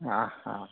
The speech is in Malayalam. ആ ആ